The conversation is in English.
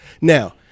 now